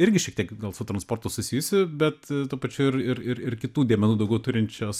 irgi šiek tiek gal su transportu susijusi bet tuo pačiu ir ir ir ir kitų dėmenų daugiau turinčios